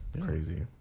Crazy